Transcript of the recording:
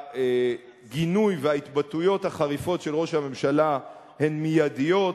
הגינוי וההתבטאויות החריפות של ראש הממשלה הם מיידיים,